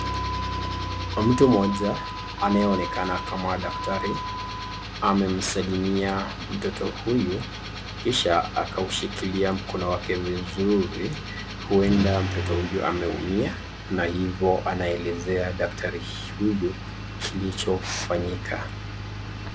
Mtu moja anayeonekana kama daktari amemsalimia mtoto huyu kisha akaushikilia mkono wake vizuri, huenda mtoto huyu ameumia na hivo anaelezea daktari huyu kilichofanyika.